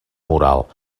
moral